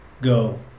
go